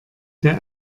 der